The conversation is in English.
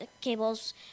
cables